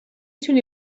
توانی